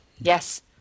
Yes